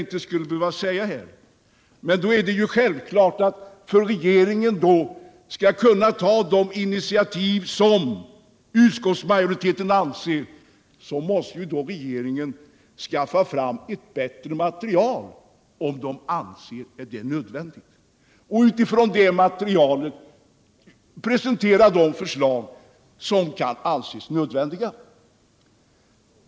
I det läget är det självklart att regeringen, för att kunna ta de initiativ som utskottsmajoriteten önskar, måste skaffa fram ett bättre material och utifrån detta vidtaga de åtgärder som kan anses nödvändiga.